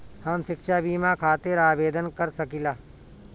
हम शिक्षा बीमा खातिर आवेदन कर सकिला?